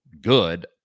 good